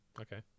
Okay